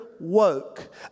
Woke